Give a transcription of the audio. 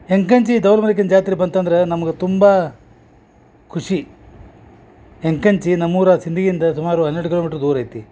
ಎಂಕಂಚಿ ದೌಲ್ಮಲಿಕನ ಜಾತ್ರೆ ಬಂತಂದ್ರ ನಮ್ಗ ತುಂಬ ಖುಷಿ ಎಂಕಂಚಿ ನಮ್ಮೂರ ಸಿಂದ್ಗಿಯಿಂದ ಸುಮಾರು ಹನ್ನೆರಡು ಕಿಲೋಮೀಟ್ರ್ ದೂರ ಐತಿ